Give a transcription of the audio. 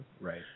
Right